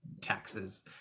taxes